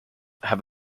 have